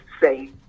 say